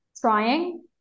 trying